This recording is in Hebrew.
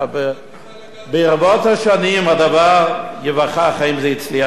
ברבות השנים הדבר יוכח, האם זה הצליח או לא.